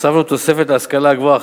הוספנו תוספת להשכלה הגבוהה,